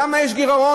למה יש גירעון?